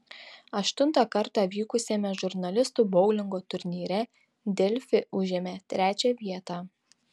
aštuntą kartą vykusiame žurnalistų boulingo turnyre delfi užėmė trečią vietą